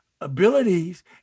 abilities